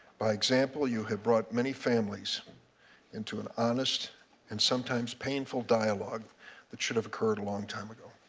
by example you have brought many families into an honest and sometimes painful dialogue that should have occurred a long time ago.